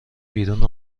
بیرون